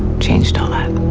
changed all that.